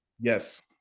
yes